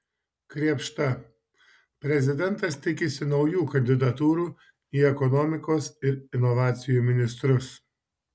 krėpšta prezidentas tikisi naujų kandidatūrų į ekonomikos ir inovacijų ministrus